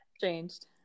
changed